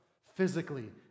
physically